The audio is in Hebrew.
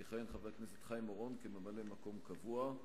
יכהן חבר הכנסת חיים אורון כממלא-מקום קבוע.